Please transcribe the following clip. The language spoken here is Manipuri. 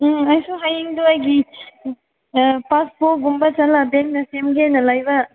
ꯎꯝ ꯑꯩꯁꯨ ꯍꯌꯦꯡꯗꯣ ꯑꯩꯒꯤ ꯑꯥ ꯄꯥꯁꯕꯨꯛ ꯀꯨꯝꯕ ꯆꯠꯂ ꯕꯦꯡꯗ ꯁꯦꯝꯒꯦꯅ ꯂꯩꯕ